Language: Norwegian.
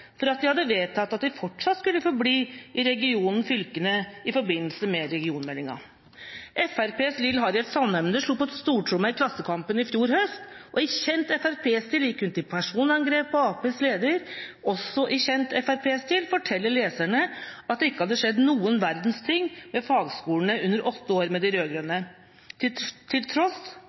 for at de i forbindelse med regionmeldinga hadde vedtatt at de fortsatt skulle forbli i fylkene. Fremskrittspartiets Lill Harriet Sandaune slo på stortromma i Klassekampen i fjor høst. I kjent FrP-stil gikk hun til personangrep på Arbeiderpartiets leder og fortalte leserne – også i kjent FrP-stil – at det ikke hadde skjedd noen verdens ting med fagskolene under åtte år med de rød-grønne, til